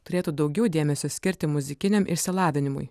turėtų daugiau dėmesio skirti muzikiniam išsilavinimui